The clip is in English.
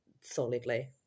solidly